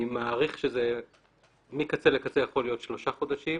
אני מעריך שמקצה לקצה זה יכול להיות שלושה חודשים.